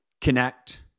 connect